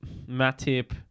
Matip